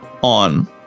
on